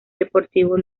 deportivo